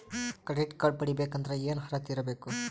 Credit card ಪಡಿಬೇಕಂದರ ಏನ ಅರ್ಹತಿ ಇರಬೇಕು?